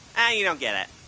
ah you don't get it